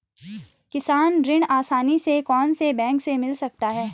किसान ऋण आसानी से कौनसे बैंक से मिल सकता है?